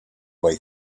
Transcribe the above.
way